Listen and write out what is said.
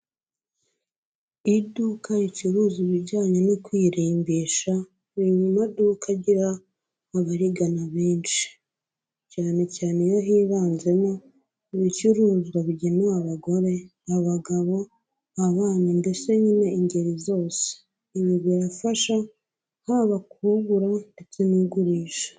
Iduka ricuruza ibijyanye no kwirimbisha, biri mu maduka agira abarigana benshi, cyane cyane iyo hibanzemo ibicuruzwa bigenewe abagore, abagabo, abana, mbese nyine ingeri zose, ibi birafasha haba k'ugura ndetse n'ugurisha.